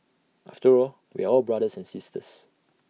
after all we are all brothers and sisters